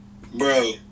Bro